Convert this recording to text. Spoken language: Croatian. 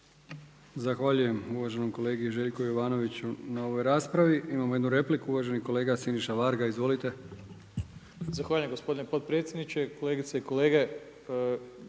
Zahvaljujem uvaženom kolegi Željku Jovanoviću na ovoj raspravi. Imamo jednu repliku uvaženi kolega Siniša Varga. Izvolite. **Varga, Siniša (SDP)** Gospodine potpredsjedniče, kolegice i kolege